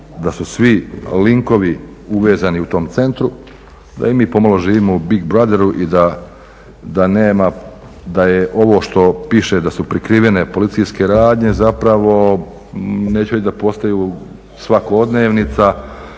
da su svi linkovi uvezani u tom centru, da i mi pomalo živimo u big brotheru i da nema, da je ovo što piše da su prikrivene policijske radnje zapravo, neću reći da postaju svakodnevica,